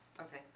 Okay